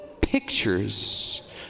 pictures